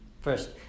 First